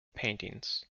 paintings